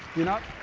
you're not?